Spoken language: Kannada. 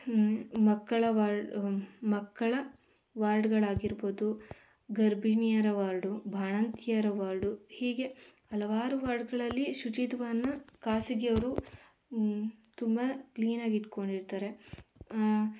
ಮಕ್ಕಳ ವಾರ್ಡ್ ಮಕ್ಕಳ ವಾರ್ಡ್ಗಳಾಗಿರ್ಬೋದು ಗರ್ಭಿಣಿಯರ ವಾರ್ಡು ಬಾಣಂತಿಯರ ವಾರ್ಡು ಹೀಗೆ ಹಲವಾರು ವಾರ್ಡ್ಗಳಲ್ಲಿ ಶುಚಿತ್ವವನ್ನು ಖಾಸಗಿಯವರು ತುಂಬ ಕ್ಲೀನ್ ಆಗಿ ಇಟ್ಕೊಂಡಿರ್ತಾರೆ